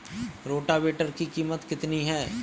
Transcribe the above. Rotavator की कीमत कितनी है?